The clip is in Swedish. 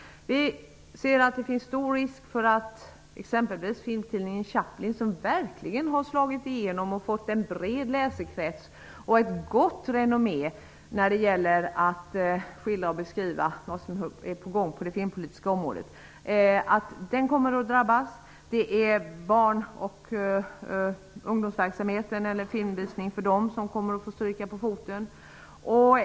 Vi ser att det finns stor risk för att exempelvis filmtidningen Chaplin som verkligen har slagit igenom, fått en bred läsekrets och ett gott renommé när det gäller att beskriva vad som är på gång på det filmpolitiska området kommer att drabbas. Filmvisningsverksamheten för barn och ungdomar kommer att få stryka på foten.